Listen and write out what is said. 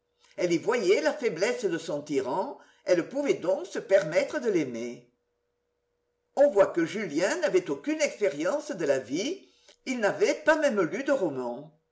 elle y voyait la faiblesse de son tyran elle pouvait donc se permettre de l'aimer on voit que julien n'avait aucune expérience de la vie il n'avait pas même lu de romans